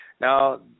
Now